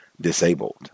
disabled